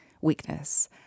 weakness